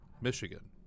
Michigan